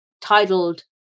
titled